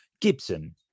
gibson